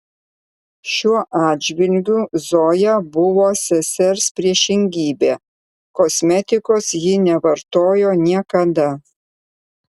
šiuo atžvilgiu zoja buvo sesers priešingybė kosmetikos ji nevartojo niekada